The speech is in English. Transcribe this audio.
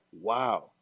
Wow